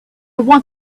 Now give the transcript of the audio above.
want